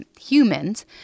humans